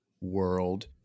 world